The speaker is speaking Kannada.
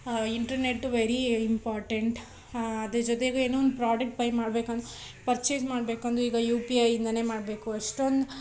ಇಂಟ್ರ್ನೆಟ್ ವೆರೀ ಇಂಪಾರ್ಟೆಂಟ್ ಅದ್ರ ಜೊತೆಗೆ ಏನೋ ಒಂದು ಪ್ರಾಡಕ್ಟ್ ಬೈ ಮಾಡ್ಬೇಕಂದು ಪರ್ಚೇಸ್ ಮಾಡಬೇಕಂದು ಈಗ ಯು ಪಿ ಐಯಿಂದಾನೆ ಮಾಡಬೇಕು ಅಷ್ಟೊಂದು